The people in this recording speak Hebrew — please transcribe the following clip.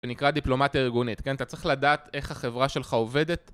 זה נקרא דיפלומטיה ארגונית, כן, אתה צריך לדעת איך החברה שלך עובדת